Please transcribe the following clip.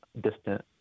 distant